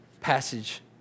passage